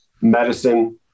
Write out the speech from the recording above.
medicine